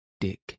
Dick